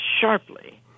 sharply